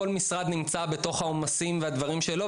כל משרד נמצא בתוך העומסים והדברים שלו,